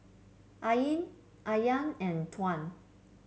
Ain Aryan and Tuah